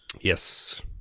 Yes